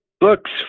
books